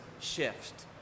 shift